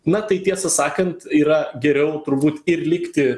na tai tiesą sakant yra geriau turbūt ir likti